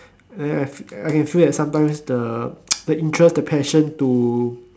then I I can feel that sometimes the the interest the passion to